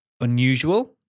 unusual